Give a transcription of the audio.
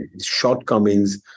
shortcomings